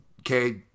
okay